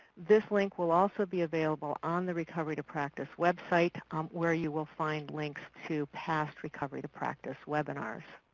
this link will also be available on the recovery to practice website where you will find links to past recovery to practice webinars.